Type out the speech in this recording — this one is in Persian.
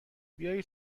بیایید